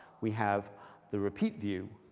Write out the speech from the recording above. we have the repeat view.